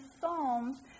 Psalms